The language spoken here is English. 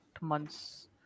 months